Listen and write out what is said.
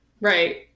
Right